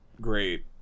great